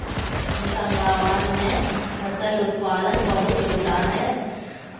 हौशंगाबाद में फसल उत्पादन बहुत होता है